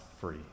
free